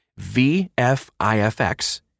VFIFX